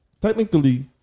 technically